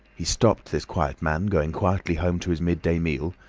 he stopped this quiet man, going quietly home to his midday meal,